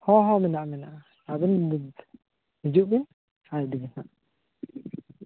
ᱦᱚᱸ ᱦᱚᱸ ᱢᱮᱱᱟᱜᱼᱟ ᱢᱮᱱᱟᱜᱼᱟ ᱟᱹᱵᱤᱱ ᱦᱤᱡᱩᱜ ᱵᱤᱱ ᱟᱨ ᱤᱫᱤ ᱵᱤᱱ ᱦᱟᱜ